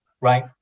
right